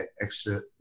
extra